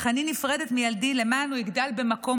אך אני נפרדת מילדי למען הוא יגדל במקום